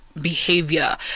behavior